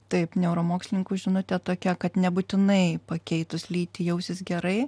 taip neuromokslininkų žinutė tokia kad nebūtinai pakeitus lytį jausis gerai